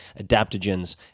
adaptogens